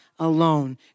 alone